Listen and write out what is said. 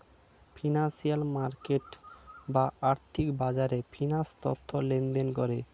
financial market বা আর্থিক বাজারে ফিন্যান্স তথ্য লেনদেন করে